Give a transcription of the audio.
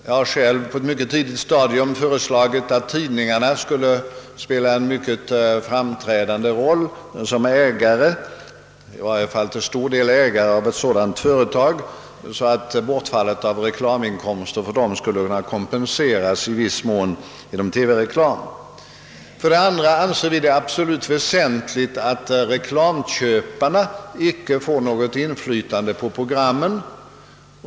Jag har själv på ett tidigt stadium föreslagit att tidningarna i varje fall till stor del skulle bli ägare av ett sådant företag, så att bortfallet av reklaminkomster för dem i viss mån kan kompenseras genom TV-reklamen. Vidare anser vi det väsentligt att reklamköparna icke får något inflytande på programmen.